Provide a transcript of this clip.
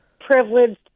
privileged